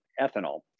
ethanol